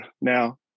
now